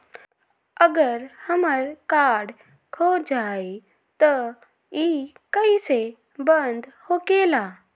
अगर हमर कार्ड खो जाई त इ कईसे बंद होकेला?